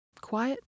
Quiet